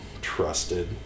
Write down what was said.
trusted